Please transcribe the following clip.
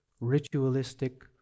ritualistic